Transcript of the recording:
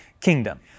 kingdom